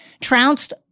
trounced